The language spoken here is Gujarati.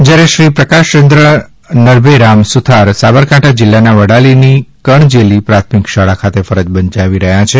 જયારે શ્રી પ્રકાશચંદ્ર નરભેરામ સુથાર સાબરકાંઠા જિલ્લાના વડાલીની કણજેલી પ્રાથમિક શાળા ખાતે ફરજ બજાવી રહ્યા છે